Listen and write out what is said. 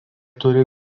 turi